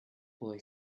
boy